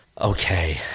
Okay